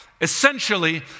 Essentially